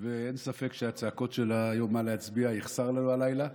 אין ספק שהצעקות שלה מה להצביע יחסרו לנו הלילה.